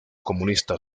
comunista